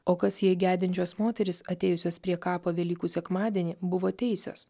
o kas jei gedinčios moterys atėjusios prie kapo velykų sekmadienį buvo teisios